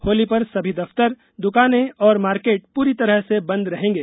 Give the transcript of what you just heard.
होली पर सभी दफ्तर दुकानें और मार्केट पूरी तरह से बंद रहेंगे